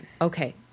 Okay